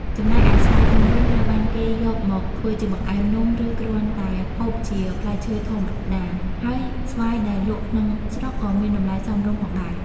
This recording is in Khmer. ចំណែកឯស្វាយទុំវិញ ត្រូវបានគេយកមកធ្វើជាបង្អែម នំ ឬគ្រាន់តែហូបជាផ្លែឈើធម្មតា ហើយស្វាយដែលលក់ក្នុងស្រុកក៏មានតម្លៃសមរម្យផងដែរ។